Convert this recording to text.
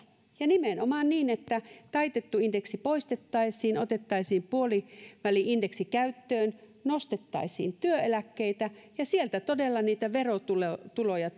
ja nimenomaan niin että taitettu indeksi poistettaisiin otettaisiin puoliväli indeksi käyttöön nostettaisiin työeläkkeitä ja sieltä todella niitä verotuloja